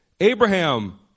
Abraham